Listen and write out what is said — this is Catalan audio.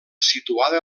situada